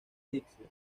egipcio